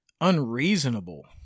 unreasonable